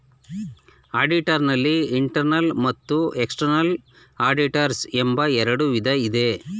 auditor ನಲ್ಲಿ internal ಮತ್ತು external auditors ಎಂಬ ಎರಡು ವಿಧ ಇದೆ